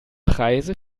preise